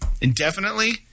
indefinitely